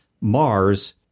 mars